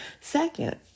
Second